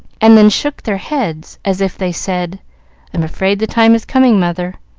and then shook their heads as if they said i'm afraid the time is coming, mother.